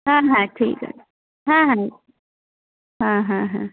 হ্যাঁ হ্যাঁ ঠিক আছে হ্যাঁ হ্যাঁ হ্যাঁ হ্যাঁ হ্যাঁ